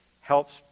helps